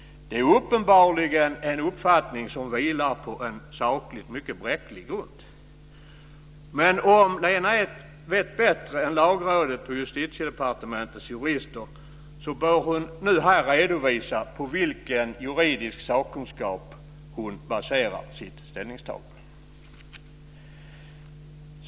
Det är uppenbarligen en uppfattning som vilar på en sakligt mycket bräcklig grund. Men om Lena Ek vet bättre än Lagrådet och Justitiedepartementets jurister bör hon nu här redovisa på vilken juridisk sakkunskap hon baserar sitt ställningstagande.